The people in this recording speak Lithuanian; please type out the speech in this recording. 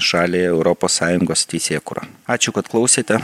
šaliai europos sąjungos teisėkūrą ačiū kad klausėte